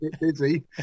busy